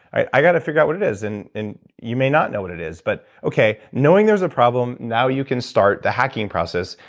i've got to figure out what it is. and and you may not know what it is, but okay, knowing there's a problem, now you can start the hacking process.